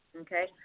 Okay